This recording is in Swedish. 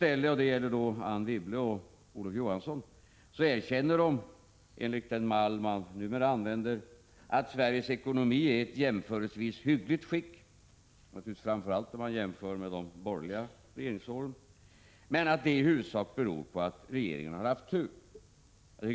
Anne Wibble och Olof Johansson erkänner nu, enligt den mall som man numera använder, att Sveriges ekonomi är i jämförelsevis hyggligt skick, framför allt jämfört med de borgerliga regeringsåren, men att detta i huvudsak beror på att regeringen har haft tur.